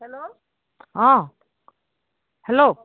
hello um hello